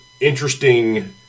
interesting